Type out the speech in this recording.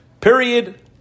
Period